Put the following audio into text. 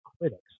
critics